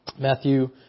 Matthew